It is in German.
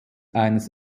eines